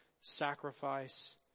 sacrifice